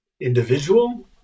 individual